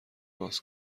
باز